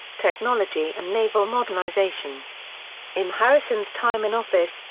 technology and naval modernization in harrison's time in office,